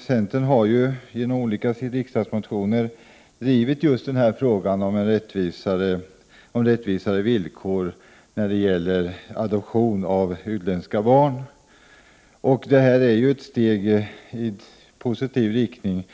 Centern har ju i olika riksdagsmotioner drivit just frågan om rättvisare villkor vid adoption av utländska barn. Det förslag som nu föreligger är ett steg i positiv riktning.